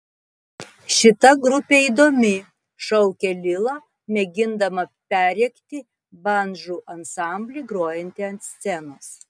šita grupė įdomi šaukia lila mėgindama perrėkti bandžų ansamblį grojantį ant scenos